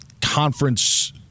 conference